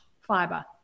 fiber